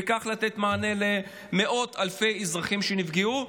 וכך לתת מענה למאות אלפי אזרחים שנפגעו.